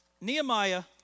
Nehemiah